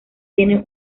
tiene